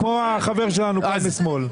כמו החבר שלנו כאן משמאל.